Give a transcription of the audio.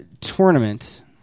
tournament